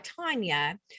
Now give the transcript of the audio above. Tanya